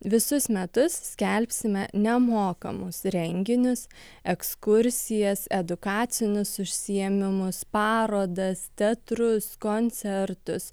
visus metus skelbsime nemokamus renginius ekskursijas edukacinius užsiėmimus parodas teatrus koncertus